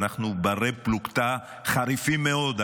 ואנחנו בני-פלוגתא חריפים מאוד,